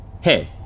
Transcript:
Hey